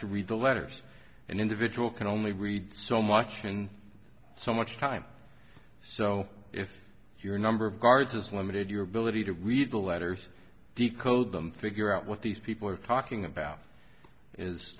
to read the letters an individual can only read so much and so much time so if your number of guards is limited your ability to read the letters decode them figure out what these people are talking about is